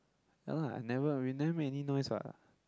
no lah I never we never make any noise what